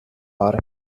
пари